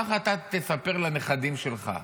ככה אתה תספר לנכדים שלך.